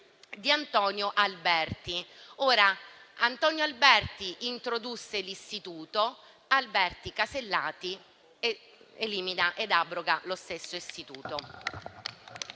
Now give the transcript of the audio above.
da Antonio Alberti. Antonio Alberti propose l'istituto; Alberti Casellati elimina ed abroga lo stesso istituto.